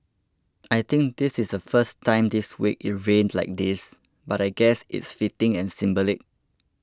I think this is the first time this week it rained like this but I guess it's fitting and symbolic